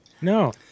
No